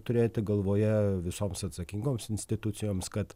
turėti galvoje visoms atsakingoms institucijoms kad